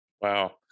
wow